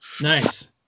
Nice